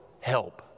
help